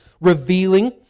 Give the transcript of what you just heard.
revealing